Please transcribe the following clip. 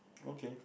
okay